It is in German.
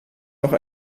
noch